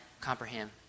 comprehend